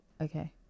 okay